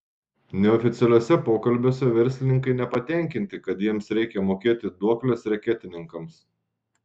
neoficialiuose pokalbiuose verslininkai nepatenkinti kad jiems reikia mokėti duokles reketininkams